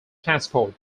transport